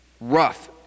rough